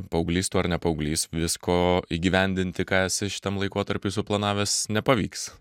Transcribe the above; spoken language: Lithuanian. paauglys tu ar ne paauglys visko įgyvendinti ką esi šitam laikotarpiui suplanavęs nepavyks